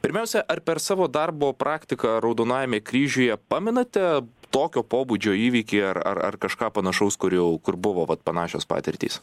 pirmiausia ar per savo darbo praktiką raudonajame kryžiuje pamenate tokio pobūdžio įvykį ar ar ar kažką panašaus kur jau kur buvo vat panašios patirtys